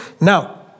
Now